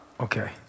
Okay